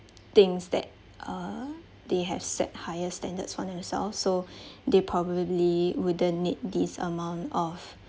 thinks that uh they have set higher standards for themselves so they probably wouldn't need this amount of